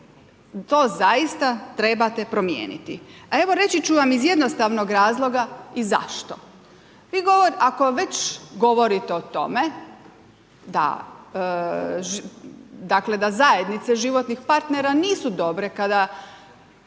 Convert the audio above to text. to zaista trebate promijeniti. A evo reći ću vam iz jednostavnog razloga i zašto. Ako već govorite o tome dakle, da zajednica životnih partnera nisu dobre kada